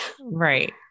Right